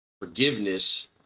forgiveness